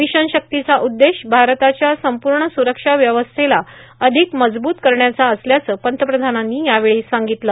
mission शक्तिचा उद्देश भारताच्या संपूर्ण सुरक्षा व्यवस्थेला अधिक मजबूत करण्याचा असल्याचं पंतप्रधानांनी यावेळी सांगितलं